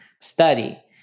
study